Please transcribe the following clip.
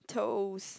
toes